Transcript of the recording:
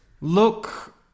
Look